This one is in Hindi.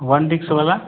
वन डिक्स वाला